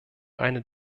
eine